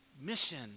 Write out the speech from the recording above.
mission